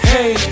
Hey